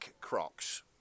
Crocs